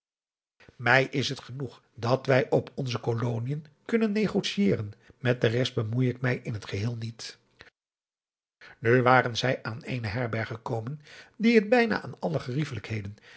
mij is het genoeg dat wij op onze koloniën kunnen neadriaan loosjes pzn het leven van johannes wouter blommesteyn gotiëren met de rest bemoei ik mij in het geheel niet nu waren zij aan eene herberg gekomen die het bijna aan alle